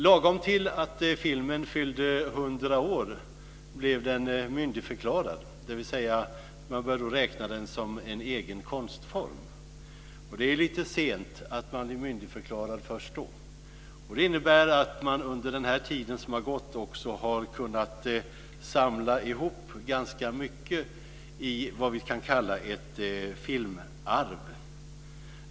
Lagom till dess att filmen fyllde 100 år blev den myndigförklarad, dvs. man började då räkna den som en egen konstform. Det är lite sent att bli myndigförklarad först då. Under den tid som har gått har man också kunnat samla ihop ganska mycket till vad vi kan kalla ett filmarv.